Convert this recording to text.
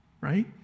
right